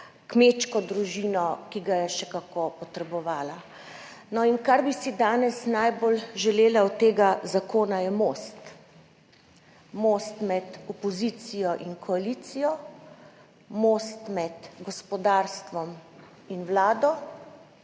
kmečko družino, ki ga je še kako potrebovala. Kar bi si danes najbolj želela od tega zakona, je most, most med opozicijo in koalicijo, most med gospodarstvom in Vlado,